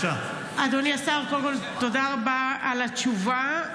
אדוני השר, קודם כול, תודה רבה על התשובה.